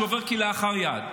שזה עובר כלאחר יד,